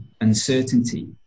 uncertainty